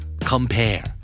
Compare